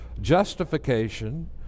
justification